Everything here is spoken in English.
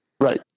Right